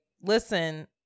listen